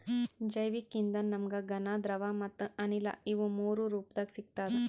ಜೈವಿಕ್ ಇಂಧನ ನಮ್ಗ್ ಘನ ದ್ರವ ಮತ್ತ್ ಅನಿಲ ಇವ್ ಮೂರೂ ರೂಪದಾಗ್ ಸಿಗ್ತದ್